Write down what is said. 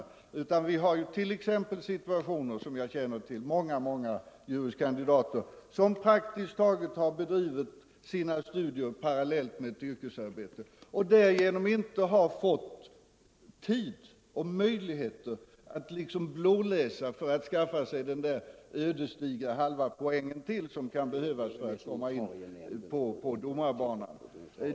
Det finns t.ex. många juris kandidater, vilka praktiskt taget har bedrivit sina studier parallellt med yrkesarbete och på grund härav inte haft tid och möjligheter att blåläsa för att skaffa sig den där ödesdigra halva poängen till som kan behövas för att komma in på domarbanan.